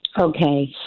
Okay